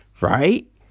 Right